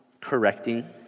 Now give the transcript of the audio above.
correcting